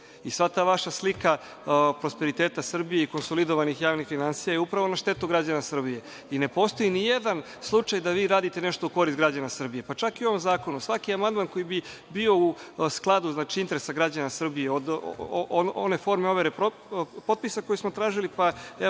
ta vaša slika prosperiteta Srbije i konsolidovanih javnih finansija je upravo na štetu građana Srbije i ne postoji nijedan slučaj da vi radite nešto u korist građana Srbije, pa čak i o ovom zakonu. Svaki amandman koji bi bio u skladu, znači interesa građana Srbije od one forme overe potpisa koje smo tražili, pa evo